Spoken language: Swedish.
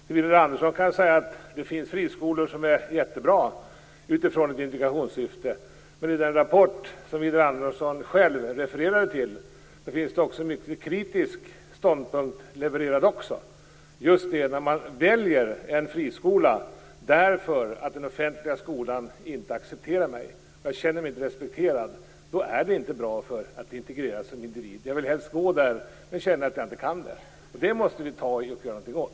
Till Widar Andersson kan jag säga att det finns friskolor som är jättebra utifrån ett integrationssyfte. Men i den rapport som Widar Andersson själv refererade till finns det också mycket kritiska ståndpunkter. Det gäller just att man väljer en friskola därför att den offentliga skolan inte accepterar en. Man känner sig inte respekterad. Det är inte bra för möjligheten att integreras som individ om man säger: Jag vill helst gå där, men jag känner att jag inte kan det. Det måste vi ta tag i och göra något åt.